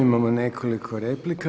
Imamo nekoliko replika.